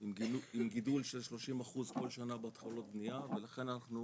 עם גידול של 30 אחוז כל שנה בהתחלות בנייה ולכן אנחנו